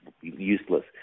useless